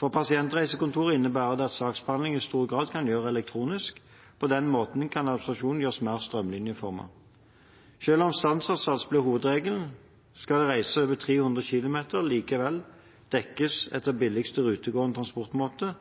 For pasientreisekontorene innebærer det at saksbehandlingen i stor grad kan gjøres elektronisk. På den måten kan administrasjonen gjøres mer strømlinjeformet. Selv om standardsats blir hovedregelen, skal reiser over 300 km likevel dekkes etter billigste rutegående transportmåte